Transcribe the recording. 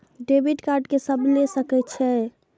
Debit card के सब ले सके छै?